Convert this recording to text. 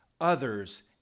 others